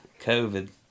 COVID